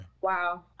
Wow